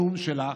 הנאום שלך,